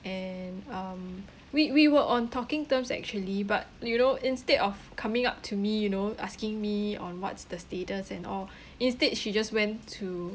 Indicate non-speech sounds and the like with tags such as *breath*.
and um we we were on talking terms actually but you know instead of coming up to me you know asking me on what's the status and all *breath* instead she just went to